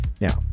Now